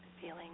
Feeling